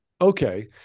Okay